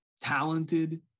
talented